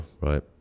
right